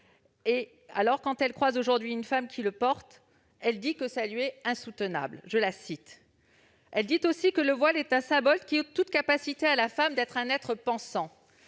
Alors quand elle croise aujourd'hui une femme qui le porte, elle dit que cela lui est insoutenable. Voici ce qu'elle écrit :« Le voile est un symbole qui ôte toute capacité à la femme d'être un être pensant.